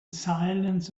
silence